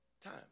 Time